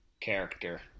character